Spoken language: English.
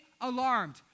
alarmed